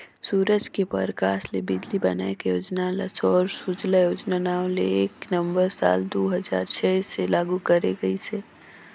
सूरज के परकास ले बिजली बनाए के योजना ल सौर सूजला योजना नांव ले एक नवंबर साल दू हजार छै से लागू करे गईस